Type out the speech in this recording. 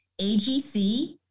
AGC